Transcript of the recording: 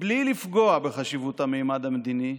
בלי לפגוע בחשיבות הממד המדיני,